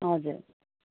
हजुर